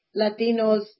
Latinos